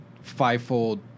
fivefold